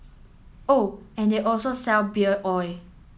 oh and they also sell beer oil